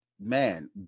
man